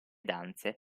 danze